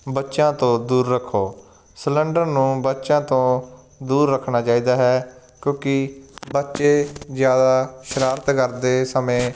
ਬੱਚਿਆਂ ਤੋਂ ਦੂਰ ਰੱਖੋ ਸਿਲੰਡਰ ਨੂੰ ਬੱਚਿਆਂ ਤੋਂ ਦੂਰ ਰੱਖਣਾ ਚਾਹੀਦਾ ਹੈ ਕਿਉਂਕਿ ਬੱਚੇ ਜ਼ਿਆਦਾ ਸ਼ਰਾਰਤ ਕਰਦੇ ਸਮੇਂ